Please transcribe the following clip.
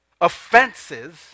offenses